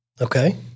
Okay